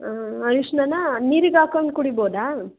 ಹಾಂ ಅರಶ್ಣನ ನೀರಿಗೆ ಹಾಕೊಂಡು ಕುಡಿಬೋದಾ